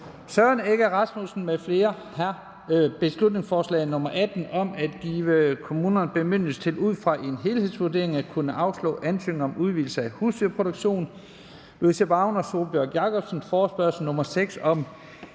Søren Egge Rasmussen (EL) m.fl.: Beslutningsforslag nr. 18 om at give kommunerne bemyndigelse til ud fra en helhedsvurdering at kunne afslå ansøgninger om udvidelse af husdyrproduktion. Louise Brown (LA) og Sólbjørg Jakobsen (LA): Forespørgsel nr. 6 om